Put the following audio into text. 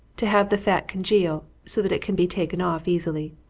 to have the fat congeal, so that it can be taken off easily.